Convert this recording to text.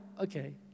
okay